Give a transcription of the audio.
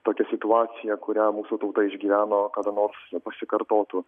pati situacija kurią mūsų tauta išgyveno kada nors pasikartotų